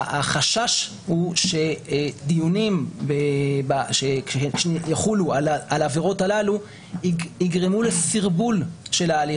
החשש הוא שדיונים שיחולו על העבירות הללו יגרמו לסרבול של ההליך